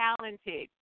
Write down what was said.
talented